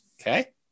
Okay